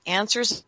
answers